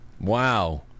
Wow